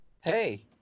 Hey